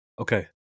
Okay